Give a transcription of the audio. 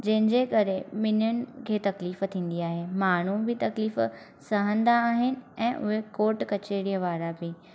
जंहिंजे करे ॿिन्हिनि खे तकलीफ़ु थींदी आहे माण्हू बि तकलीफ़ु सहंदा आहिनि ऐं उहे कोर्ट कचहरीअ वारा बि